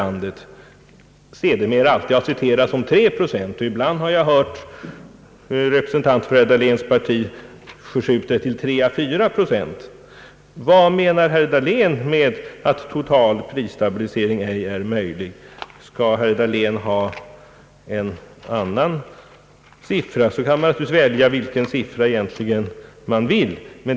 Man har nämligen sedermera citerat detta som tre procent — ibland har jag hört representanter för herr Dahléns parti göra en förskjutning till tre å fyra procent. Vad menar herr Dahlén med att total prisstabilisering inte är möjlig? Skall herr Dahlén ha en annan siffra, kan man naturligtvis välja vilken siffra som helst.